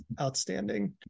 outstanding